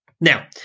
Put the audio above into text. Now